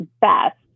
best